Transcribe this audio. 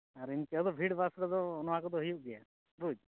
ᱟᱨ ᱤᱱᱠᱟᱹ ᱫᱚ ᱵᱷᱤᱲᱼᱵᱟᱥ ᱨᱮᱫᱚ ᱱᱚᱣᱟ ᱠᱚᱫᱚ ᱦᱩᱭᱩᱜ ᱜᱮᱭᱟ ᱵᱩᱡ